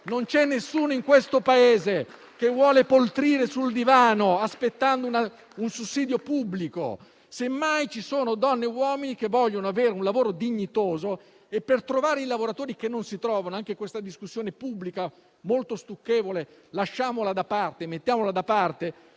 Non c'è nessuno in questo Paese che vuole poltrire sul divano aspettando un sussidio pubblico. Semmai ci sono donne e uomini che vogliono avere un lavoro dignitoso, e per trovare i lavoratori che non si trovano - mettiamo da parte anche questa discussione pubblica molto stucchevole - basta pagarli di più e